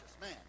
man